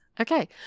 Okay